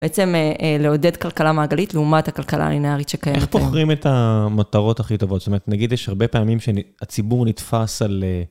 בעצם לעודד כלכלה מעגלית, לעומת הכלכלה הלינארית שקיימת. איך בוחרים את המטרות הכי טובות? זאת אומרת, נגיד, יש הרבה פעמים שהציבור נתפס על...